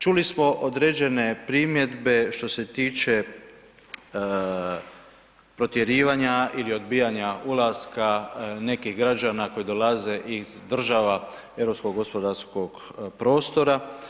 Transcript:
Čuli smo određene primjedbe, što se tiče protjerivanja ili odbijanja ulaska nekih građana koji dolaze iz država europskog gospodarskog prostora.